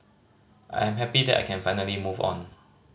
I am happy that I can finally move on